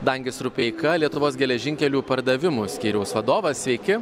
dangis rupeika lietuvos geležinkelių pardavimų skyriaus vadovas sveiki